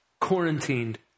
quarantined